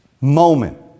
moment